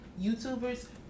YouTubers